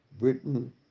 Britain